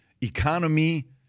economy